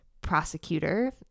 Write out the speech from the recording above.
prosecutor